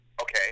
okay